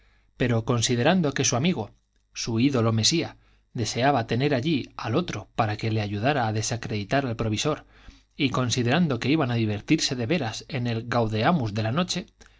pero considerando que su amigo su ídolo mesía deseaba tener allí al otro para que le ayudara a desacreditar al provisor y considerando que iban a divertirse de veras en el gaudeamus de la noche